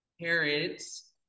parents